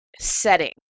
setting